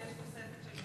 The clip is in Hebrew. ויש תוספת של 100 מיליון.